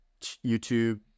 YouTube